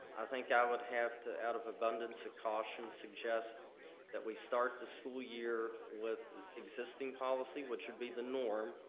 think i would have to, out of abundance of caution, suggest that we start the school year with the existing policy, which would be the norm.